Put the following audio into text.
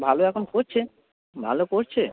ভালো এখন করছে ভালো করছে